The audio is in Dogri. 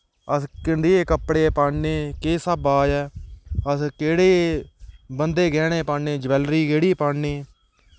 अस कनेह् कपड़े पान्ने किश स्हाबा दा ऐ अस केह्ड़ा बं'दे गैह्ने पान्ने ज्वैलरी केह्ड़ी पान्ने